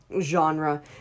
genre